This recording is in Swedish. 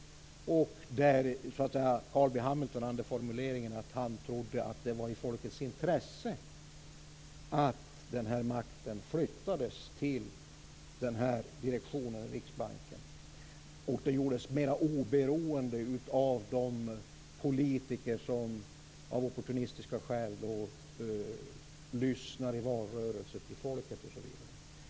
Carl B Hamilton använde då formuleringen att han trodde att det var i folkets intresse att denna makt flyttades till Riksbankens direktion och gjordes mera oberoende av de politiker som av opportunistiska skäl lyssnar till folket i valrörelser osv.